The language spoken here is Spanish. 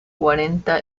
cuarenta